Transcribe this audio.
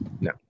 no